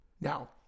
Now